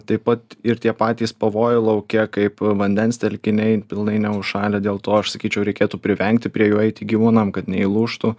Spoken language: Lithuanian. taip pat ir tie patys pavojai lauke kaip vandens telkiniai pilnai neužšalę dėl to aš sakyčiau reikėtų privengti prie jų eiti į gyvūnam kad neįlūžtų